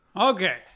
okay